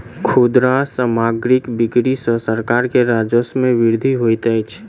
खुदरा सामग्रीक बिक्री सॅ सरकार के राजस्व मे वृद्धि होइत अछि